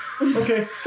Okay